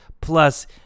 plus